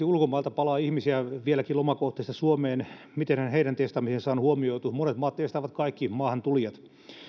ulkomailta lomakohteista palaa ihmisiä vieläkin suomeen mitenhän heidän testaamisensa on huomioitu monet maat testaavat kaikki maahantulijat